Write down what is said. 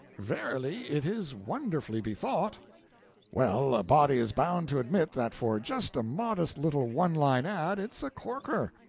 verily, it is wonderly bethought! well, a body is bound to admit that for just a modest little one-line ad, it's a corker.